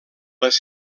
les